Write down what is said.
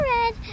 red